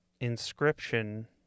inscription